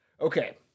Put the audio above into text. Okay